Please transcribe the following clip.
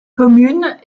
commune